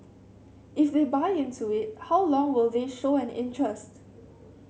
if they buy into it how long will they show an interest